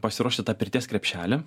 pasiruošti tą pirties krepšelį